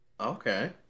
Okay